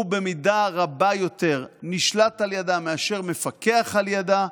הוא במידה רבה יותר נשלט על ידה מאשר מפקח על ידה.